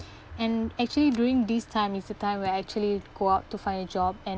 and actually during this time it's a time where I actually go out to find a job and